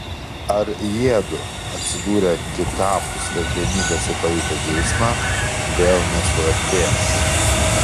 ar jiedu atsidūrę kitapus kasdienybės ir pajutę geismą vėl nesuartės